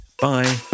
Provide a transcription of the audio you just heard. Bye